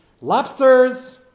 Lobsters